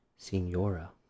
Senora